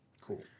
Cool